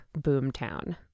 Boomtown